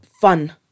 fun